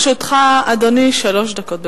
לרשותך, אדוני, שלוש דקות.